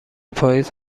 پاییز